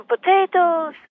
potatoes